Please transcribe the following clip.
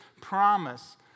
promise